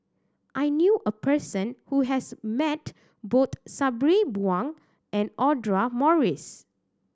I knew a person who has met both Sabri Buang and Audra Morrice